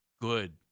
good